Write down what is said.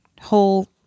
whole